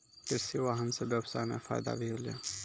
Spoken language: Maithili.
कृषि वाहन सें ब्यबसाय म फायदा भी होलै